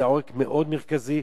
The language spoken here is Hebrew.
זה עורק מאוד מרכזי,